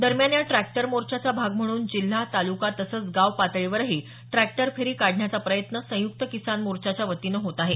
दरम्यान या ट्रॅक्टर मोर्चाचा भाग म्हणून जिल्हा तालुका तसंच गाव पातळीवरही ट्रॅक्टर फेरी काढण्याचा प्रयत्न संयुक्त किसान मोर्चाच्या वतीनं होत आहे